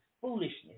Foolishness